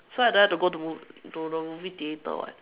so I don't have to go to the mo~ to the movie theater [what]